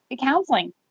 counseling